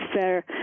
fair